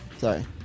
Sorry